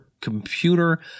computer